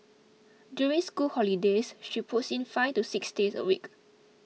during school holidays she puts in five to six days a week